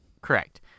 Correct